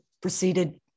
proceeded